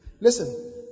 Listen